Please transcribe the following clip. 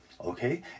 okay